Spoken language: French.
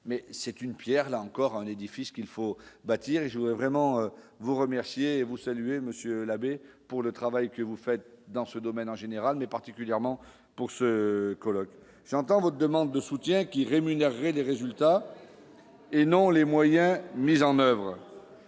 mais c'est une Pierre, là encore, un édifice qu'il faut bâtir et jouer vraiment vous remercier et vous saluer monsieur l'abbé pour le travail que vous faites dans ce domaine en général n'est particulièrement pour ce colloque, j'entends votre demande de soutien qui rémunérer les résultats et non les moyens mis en oeuvre,